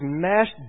smashed